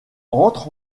entre